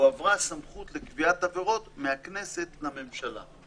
שהועברה סמכות לקביעת עבירות מהכנסת לממשלה.